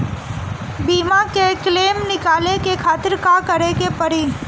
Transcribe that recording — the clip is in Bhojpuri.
बीमा के क्लेम निकाले के खातिर का करे के पड़ी?